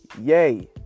yay